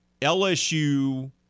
LSU